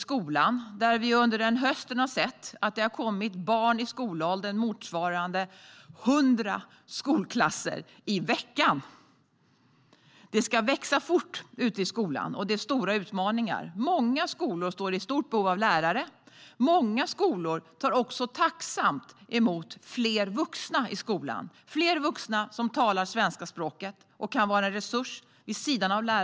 Under hösten har det kommit barn i skolåldern till Sverige motsvarande 100 skolklasser i veckan. Det ska växa fort ute i skolorna, och det är stora utmaningar. Många skolor är i stort behov av lärare. Många skolor tar också tacksamt emot fler vuxna i skolan som talar det svenska språket och som kan vara en resurs vid sidan av läraren.